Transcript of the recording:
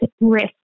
risk